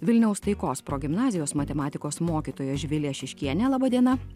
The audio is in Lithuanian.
vilniaus taikos progimnazijos matematikos mokytoja živilė šiškienė laba diena